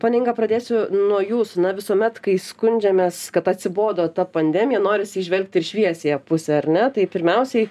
ponia inga pradėsiu nuo jūsų na visuomet kai skundžiamės kad atsibodo ta pandemija norisi įžvelgti ir šviesiąją pusę ar ne tai pirmiausiai